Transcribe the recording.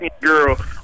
girl